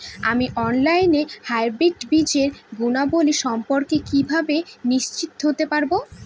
আমি অনলাইনে হাইব্রিড বীজের গুণাবলী সম্পর্কে কিভাবে নিশ্চিত হতে পারব?